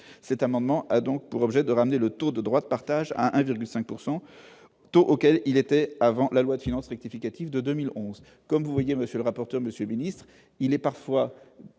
cet amendement a donc pour objet de ramener le taux de droite partagent 1,5 pourcent taux auquel il était avant la loi de finances rectificative de 2011 comme vous voyez, monsieur le rapporteur monsieur Ministre il est parfois,